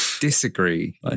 disagree